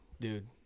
Dude